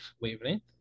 wavelength